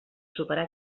superar